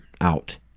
out